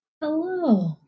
Hello